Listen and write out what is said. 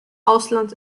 ausland